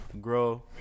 grow